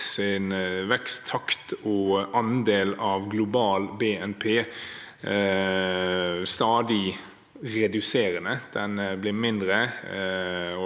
EUs veksttakt og andel av global BNP stadig redusert. Den blir mindre,